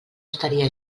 estaria